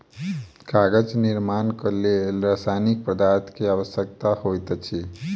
कागज निर्माणक लेल रासायनिक पदार्थ के आवश्यकता होइत अछि